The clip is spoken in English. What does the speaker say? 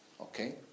Okay